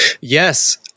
Yes